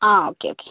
ആ okay okay